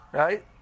right